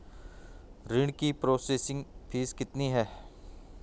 ऋण की processing fees कितनी है?